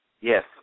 Yes